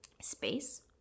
space